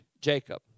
jacob